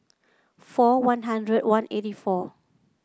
four One Hundred one eighty four